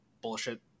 bullshit